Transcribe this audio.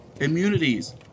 immunities